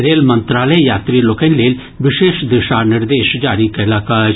rail मंत्रालय यात्री लोकनि लेल विशेष दिशा निर्देश जारी कयलक अछि